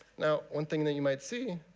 now one thing that you might see,